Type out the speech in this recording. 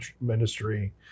ministry